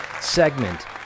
segment